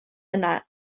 yna